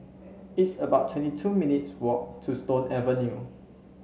it's about twenty two minutes walk to Stone Avenue